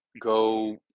go